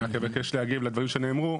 אני אבקש להגיב לדברים שנאמרו.